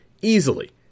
easily